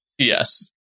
Yes